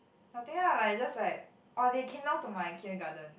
nothing ah like just like orh they came down to my kindergarten